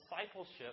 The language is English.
discipleship